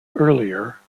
earlier